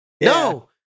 No